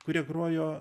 kurie grojo